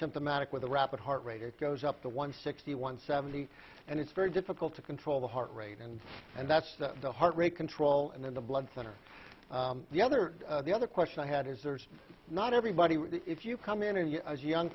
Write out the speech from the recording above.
symptomatic with a rapid heart rate it goes up to one sixty one seventy and it's very difficult to control the heart rate and and that's the heart rate control and then the blood center the other the other question i had is there's not everybody if you come in to you as a young